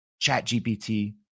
ChatGPT